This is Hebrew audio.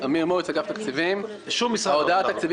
ההודעה אושרה.